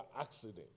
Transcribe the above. accident